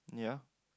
ya